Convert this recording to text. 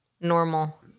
Normal